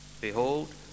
Behold